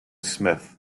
smith